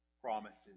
promises